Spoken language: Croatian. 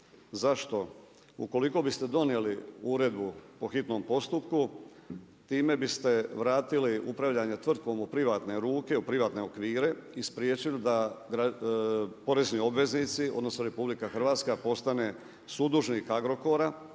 Zašto? Ukoliko biste donijeli Uredbu o hitnom postupku, time biste vratili upravljanje tvrtkom u privatne ruke, u privatne okvire i spriječili da porezni obveznici, odnosno RH postane sudužnik Agrokora,